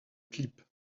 clips